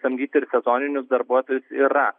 samdyti ir sezoninių darbuotojus yra